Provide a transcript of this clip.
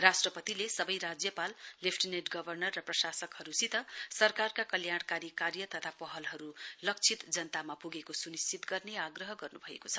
राष्ट्रपतिले सबै राज्यपाल लेफ्टिनेन्ट गर्वनर र प्रशासकहरुसित सरकारका कल्याणकारी कार्य तथा पहलहरु लक्षित जनतामा पुगेको सुनिश्चित गर्ने आग्रह गर्नुभएको छ